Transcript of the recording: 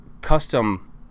custom